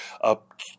up